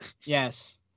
Yes